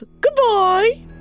Goodbye